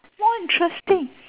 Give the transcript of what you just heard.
more interesting